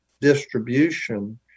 distribution